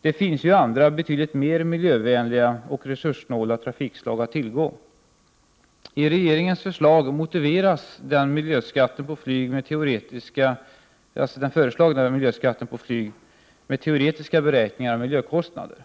Det finns ju andra betydligt mer miljövänliga och resurssnåla trafikslag att tillgå. Regeringen motiverar den föreslagna miljöskatten på flyg med teoretiska beräkningar av miljökostnader.